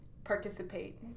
participate